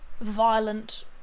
violent